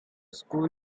school